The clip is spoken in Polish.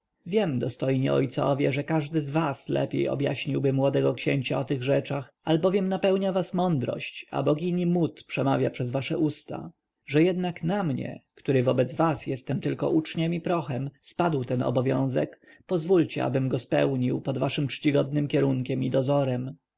wiem dostojni ojcowie że każdy z was lepiej objaśniłby młodego księcia o tych rzeczach albowiem napełnia was mądrość a bogini mut przemawia przez wasze usta że jednak na mnie który wobec was jestem tylko uczniem i prochem spadł ten obowiązek pozwólcie abym go spełnił pod waszym czcigodnym kierunkiem i dozorem